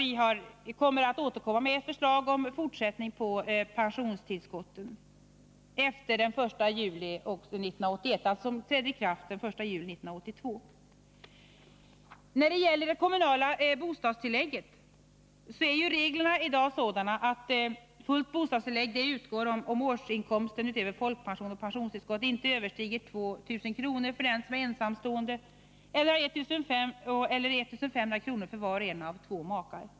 Vi kommer att återkomma med ett förslag om ytterligare förbättringar av pensionstillskotten efter den 1 juli 1981, förbättringar som alltså träder i kraft den 1 juli 1982. Reglerna för kommunalt bostadstillägg är i dag sådana att fullt bostadstillägg utgår om årsinkomsten utöver folkpension och pensionstillskott inte överstiger 2 000 kr. för den som är ensamstående eller 1 500 kr. för var och en av två makar.